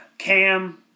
Cam